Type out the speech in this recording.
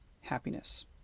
happiness